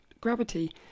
gravity